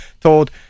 told